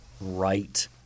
right